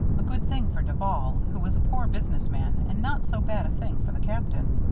a good thing for duval, who was a poor business man, and not so bad a thing for the captain.